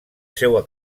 seua